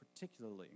particularly